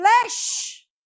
flesh